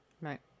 Right